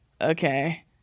okay